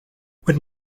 would